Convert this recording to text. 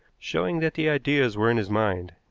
showing that the ideas were in his mind.